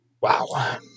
Wow